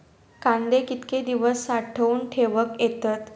कांदे कितके दिवस साठऊन ठेवक येतत?